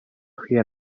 sker